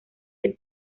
del